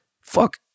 fuck